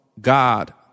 God